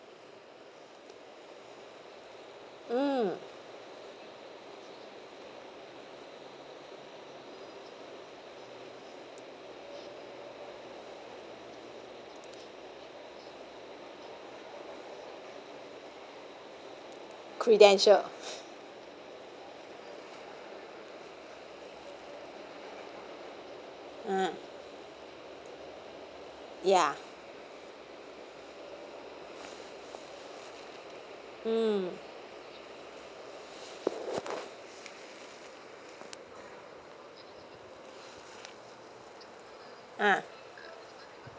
mm credential uh ya mm uh